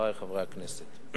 חברי חברי הכנסת,